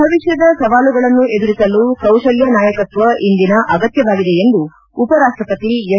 ಭವಿಷ್ಣದ ಸವಾಲುಗಳನ್ನು ಎದುರಿಸಲು ಕೌಶಲ್ಯ ನಾಯಕತ್ವ ಇಂದಿನ ಅಗತ್ಯವಾಗಿದೆ ಎಂದು ಉಪರಾಷ್ಷಪತಿ ಎಂ